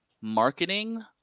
marketing